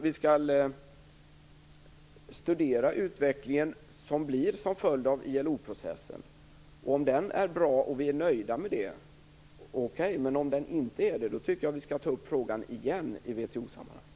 Vi skall studera den utveckling som blir en följd av ILO-processen. Om den är bra och om vi är nöjda med den är det okej. Men om den inte är det bör frågan tas upp igen i WTO-sammanhang.